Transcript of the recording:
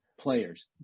players